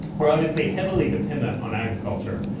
we're obviously heavily dependent on agriculture.